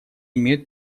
имеют